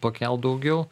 pakelt daugiau